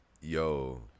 yo